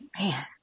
Man